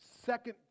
second